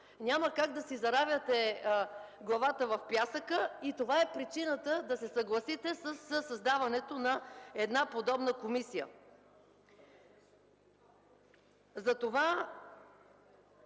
няма как да си заравяте главата в пясъка. Това е причината да се съгласите със създаването на подобна комисия. Следващата